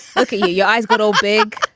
ok. your eyes got all big.